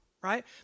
right